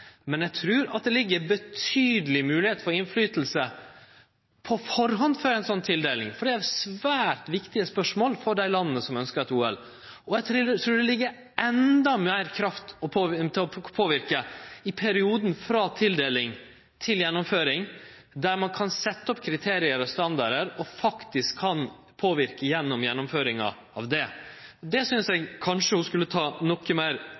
Men eg trur det ligg betydelege moglegheiter for innverknad på førehand for ei slik tildeling, for dette er svært viktige spørsmål for dei landa som ønskjer eit OL. Eg trur det ligg endå meir kraft til å påverke i perioden frå tildeling til gjennomføring, der ein kan setje opp kriterium og standardar og faktisk påverke gjennom gjennomføringa av det. Det synest eg kanskje ho skulle ta noko meir